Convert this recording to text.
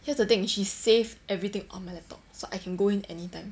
here's the thing she save everything on my laptop so I can go in anytime